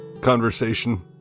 conversation